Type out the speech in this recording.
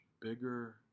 bigger